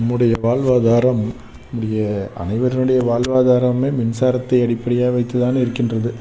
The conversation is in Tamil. நம்முடைய வாழ்வாதாரம் நம்முடைய அனைவருனுடைய வாழ்வாதாரமுமே மின்சாரத்தை அடிப்படையாக வைத்துதான் இருக்கின்றது